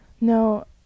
no